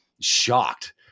shocked